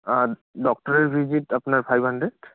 আর ডক্টরের ভিজিট আপনার five hundred